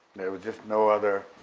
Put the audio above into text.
there was just no other,